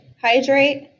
hydrate